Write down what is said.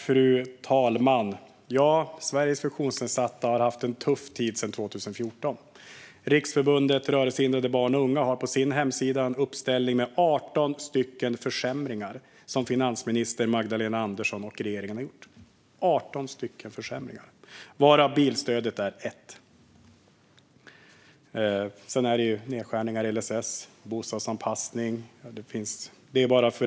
Fru talman! Ja, Sveriges funktionsnedsatta har haft en tuff tid sedan 2014. Riksförbundet för Rörelsehindrade Barn och Ungdomar har på sin hemsida en uppställning med 18 stycken försämringar som finansminister Magdalena Andersson och regeringen har gjort, varav bilstödet är ett. Sedan är det nedskärningar i LSS och bostadsanpassning.